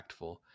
impactful